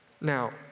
Now